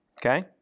Okay